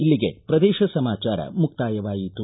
ಇಲ್ಲಿಗೆ ಪ್ರದೇಶ ಸಮಾಚಾರ ಮುಕ್ತಾಯವಾಯಿತು